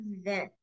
event